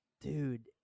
dude